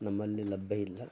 ನಮ್ಮಲ್ಲಿ ಲಭ್ಯ ಇಲ್ಲ